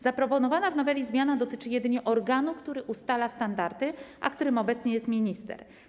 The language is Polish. Zaproponowana w noweli zmiana dotyczy jedynie organu, który ustala standardy, a którym obecnie jest minister.